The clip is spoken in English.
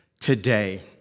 today